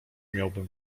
miałbym